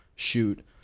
shoot